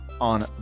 on